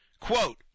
Quote